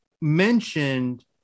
mentioned